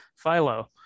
philo